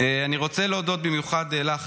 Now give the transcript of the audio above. אני רוצה להודות במיוחד לך,